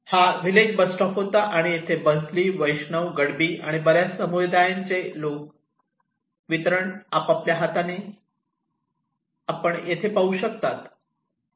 हा village bus stop होता आणि येथे बन्सली बैष्णब गडबी आणि बर्याच समुदायांचे वितरण आपण येथे पाहू शकता